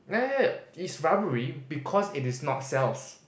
ya ya ya it's rubbery because it is not cells